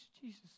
Jesus